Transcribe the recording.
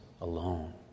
alone